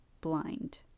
blind